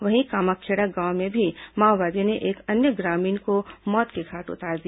वहीं कामाखेड़ा गांव में भी माओवादियों ने एक अन्य ग्रामीण को मौत के घाट उतार दिया